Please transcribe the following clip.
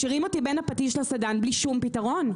משאירים אותי בין הפטיש לסדן בלי שום פתרון.